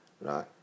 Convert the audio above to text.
right